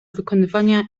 wykonywania